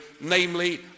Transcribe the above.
namely